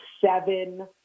seven